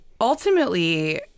ultimately